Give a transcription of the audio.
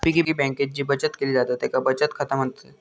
piggy बँकेत जी बचत केली जाता तेका बचत खाता म्हणतत